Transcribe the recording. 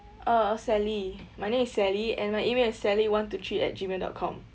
uh sally my name is sally and my email is sally one two three at gmail dot com